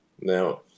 Now